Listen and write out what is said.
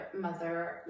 mother